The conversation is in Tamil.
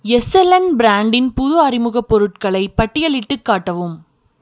எஸ்எல்என் ப்ராண்டின் புது அறிமுகப் பொருட்களை பட்டியலிட்டுக் காட்டவும்